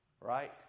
right